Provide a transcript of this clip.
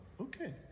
okay